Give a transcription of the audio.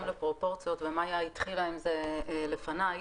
לפרופורציות ומאיה התחילה עם זה לפניי.